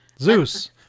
Zeus